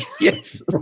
Yes